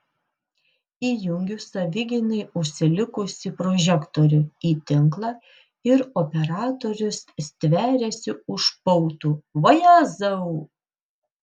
įjungiu savigynai užsilikusį prožektorių į tinklą ir operatorius stveriasi už pautų vajezau